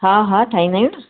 हा हा ठाहीन्दा आहियूं न